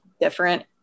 different